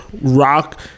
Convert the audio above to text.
rock